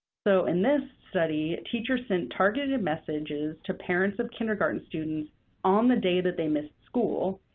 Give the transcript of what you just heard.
so, in this study, teachers sent targeted messages to parents of kindergarten students on the day that they missed school,